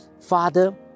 Father